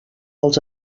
als